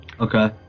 Okay